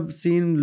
seen